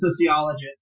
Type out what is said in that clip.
sociologist